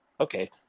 Okay